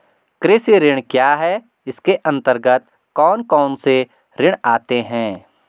कृषि ऋण क्या है इसके अन्तर्गत कौन कौनसे ऋण आते हैं?